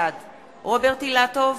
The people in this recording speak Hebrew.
בעד רוברט אילטוב,